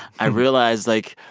i realized, like,